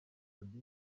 auddy